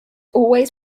always